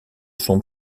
son